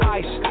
ice